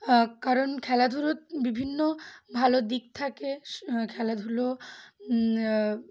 কারণ খেলাধুলোর বিভিন্ন ভালো দিক থাকে স খেলাধুলো